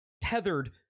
Tethered